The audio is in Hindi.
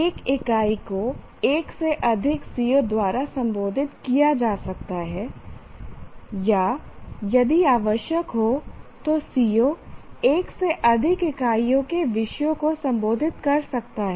एक इकाई को 1 से अधिक CO द्वारा संबोधित किया जा सकता है या यदि आवश्यक हो तो CO 1 से अधिक इकाइयों के विषयों को संबोधित कर सकता है